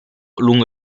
lungo